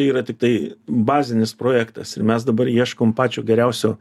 yra tiktai bazinis projektas ir mes dabar ieškom pačio geriausio